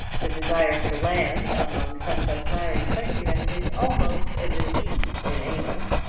the desire for land among such as larry twentyman is almost a disease in england.